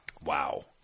Wow